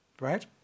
right